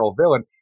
villain